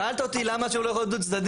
שאלת אותי למה זה לא יכול להיות דו צדדי,